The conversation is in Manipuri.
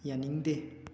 ꯌꯥꯅꯤꯡꯗꯦ